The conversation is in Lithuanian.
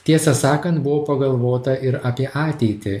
tiesą sakant buvo pagalvota ir apie ateitį